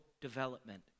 development